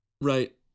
Right